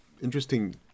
interesting –